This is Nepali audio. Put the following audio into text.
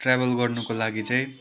ट्राभल गर्नुको लागि चाहिँ